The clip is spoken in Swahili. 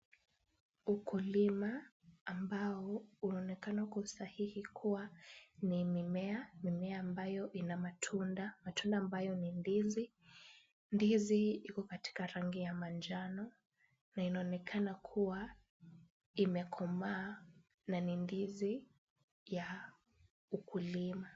Ukulima ambao unaonekana kwa usahihi kuwa ni mimea. Mimea ambayo ina matunda, matunda ambayo ni ndizi. Ndizi iko katika rangi ya manjano na inaonekana kuwa imekomaa na ni ndizi ya ukulima.